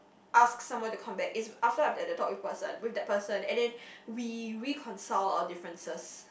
ask someone to come back is after I have that talk with person with that person and then we reconcile our differences